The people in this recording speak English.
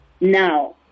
Now